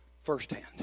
firsthand